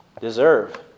Deserve